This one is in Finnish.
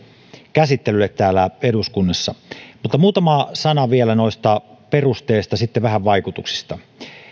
käsittelylle täällä eduskunnassa mutta muutama sana vielä noista perusteista sitten vähän vaikutuksista